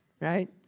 Right